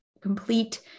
complete